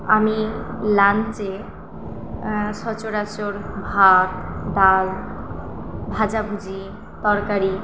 আমি লাঞ্চে সচরাচর ভাত ডাল ভাজা ভুজি তরকারি